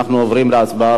אנחנו עוברים להצבעה.